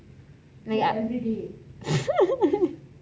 ya